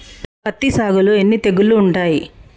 పత్తి సాగులో ఎన్ని తెగుళ్లు ఉంటాయి?